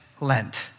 Lent